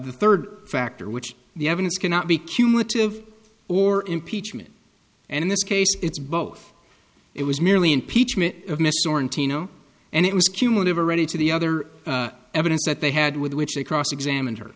the third factor which the evidence cannot be cumulative or impeachment and in this case it's both it was merely impeachment and it was cumulative already to the other evidence that they had with which they cross examine her